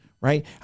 Right